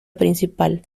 principal